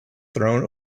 thrown